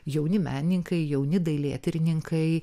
jauni menininkai jauni dailėtyrininkai